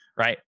Right